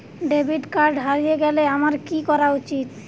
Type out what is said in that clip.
Debit card হারিয়ে গেলে আমার কি করা উচিৎ?